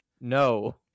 No